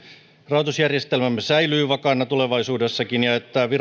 rahoitusjärjestelmämme säilyy vakaana tulevaisuudessakin ja